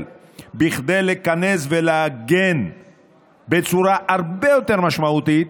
כדי להיכנס ולהגן בצורה הרבה יותר משמעותית